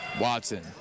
Watson